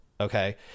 Okay